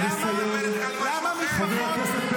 עוד כמה משפטים להשלים את דבריך,